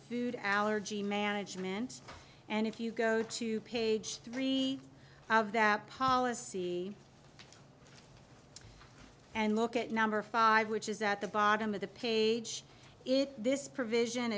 food allergy management and if you go to page three of that policy and look at number five which is at the bottom of the page it this provision